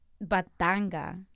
Batanga